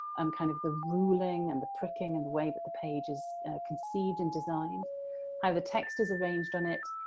um kind of the ruling and the pricking and the way that the page is conceived and designed how the text is arranged on it.